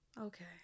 Okay